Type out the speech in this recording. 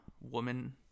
woman